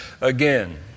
again